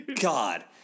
God